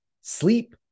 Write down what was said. Sleep